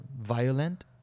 violent